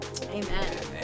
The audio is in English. amen